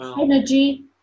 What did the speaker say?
Energy